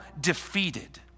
defeated